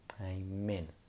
amen